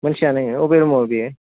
मोनथिया नों अबे रुमाव बे